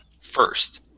first